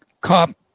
cop